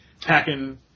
packing